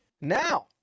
now